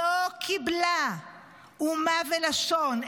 לא קיבלה אומה ולשון,